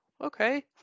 okay